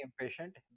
impatient